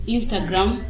Instagram